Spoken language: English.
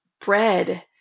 bread